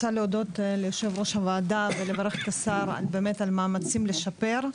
אני רוצה להודות ליושב ראש הוועדה ולברך את השר באמת על מאמצים לשפר.